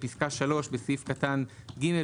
" (3)בסעיף קטן (ג),